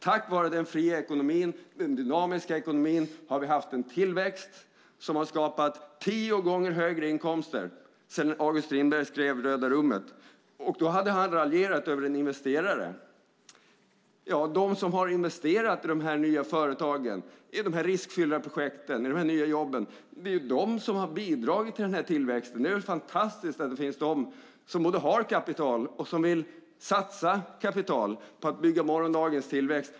Tack vare den fria och dynamiska ekonomin har vi haft en tillväxt som har skapat tio gånger högre inkomster sedan August Strindberg skrev Röda rummet . Där hade han raljerat över en investerare. Men de som har investerat i de nya företagen, de riskfyllda projekten och de nya jobben är de som har bidragit till tillväxten. Det är väl fantastiskt att det finns de som både har kapital och som vill satsa det på att bygga morgondagens tillväxt?